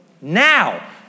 Now